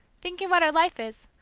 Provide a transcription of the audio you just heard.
thinking what her life is,